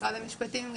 משרד המשפטים,